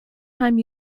time